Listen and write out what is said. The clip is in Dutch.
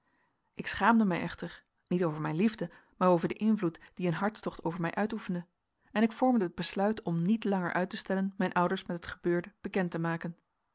ik schaamde mij echter niet over mijn liefde maar over den invloed dien een hartstocht over mij uitoefende en ik vormde het besluit om niet langer uit te stellen mijn ouders met het gebeurde bekend te maken